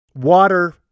water